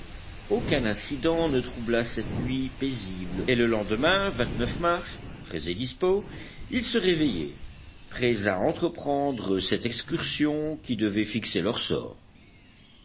aucun incident ne troubla cette nuit paisible et le lendemain mars frais et dispos ils se réveillaient prêts à entreprendre cette excursion qui devait fixer leur sort